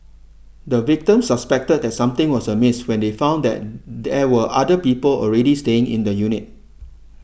the victims suspected that something was amiss when they found that there were other people already staying in the unit